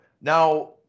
now